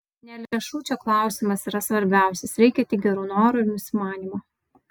ne lėšų čia klausimas yra svarbiausias reikia tik gerų norų ir nusimanymo